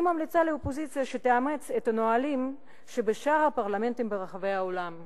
אני ממליצה לאופוזיציה שתאמץ את הנהלים שבשאר הפרלמנטים ברחבי העולם,